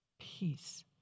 peace